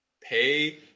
Pay